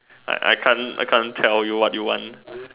I I can't I can't tell you what you want